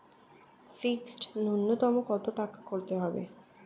Fixed নুন্যতম কত টাকা করতে হবে?